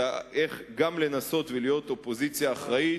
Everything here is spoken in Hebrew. אלא גם לנסות ולהיות אופוזיציה אחראית,